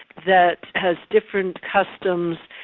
that has different customs,